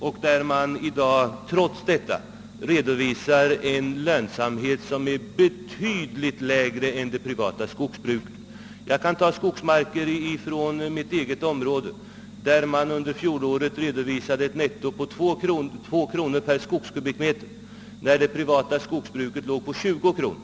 Trots detta redovisar verket i dag en lönsamhet för de markerna som är betydligt lägre än det privata skogsbrukets. Jag kan som exempel ta skogen i min egen hembygd. Där redovisade domänverket under fjolåret ett netto på 2 kronor per skogskubikmeter, när det privata skogsbruket låg på cirka 20 kronor.